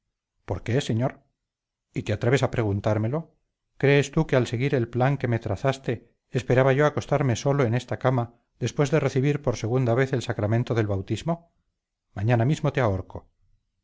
por qué señor y te atreves a preguntármelo crees tú que al seguir el plan que me trazaste esperaba yo acostarme solo en esta cama después de recibir por segunda vez el sacramento del bautismo mañana mismo te ahorco